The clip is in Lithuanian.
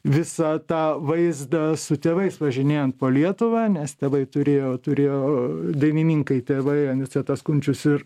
visą tą vaizdą su tėvais važinėjant po lietuvą nes tėvai turėjo turėjo dainininkai tėvai anicetas kunčius ir